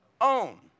own